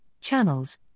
channels